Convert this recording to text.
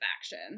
action